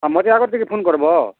ହଁ ମତେ ଆଗ୍ରୁ ଟିକେ ଫୋନ୍ କର୍ବ